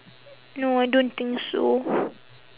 no I don't think so